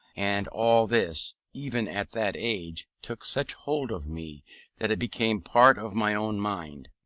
and all this, even at that age, took such hold of me that it became part of my own mind.